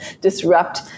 disrupt